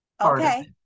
Okay